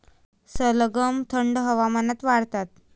सलगम थंड हवामानात वाढतात